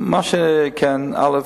מה שכן, א.